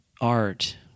Art